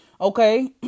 Okay